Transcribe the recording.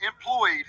employed